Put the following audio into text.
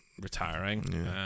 retiring